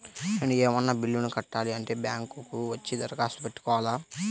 నేను ఏమన్నా బిల్లును కట్టాలి అంటే బ్యాంకు కు వచ్చి దరఖాస్తు పెట్టుకోవాలా?